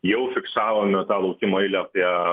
jau fiksavome tą laukimo eilę apie